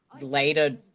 later